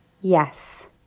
Yes